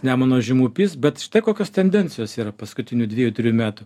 nemuno žemupys bet štai kokios tendencijos yra paskutinių dviejų trijų metų